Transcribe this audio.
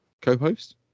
co-host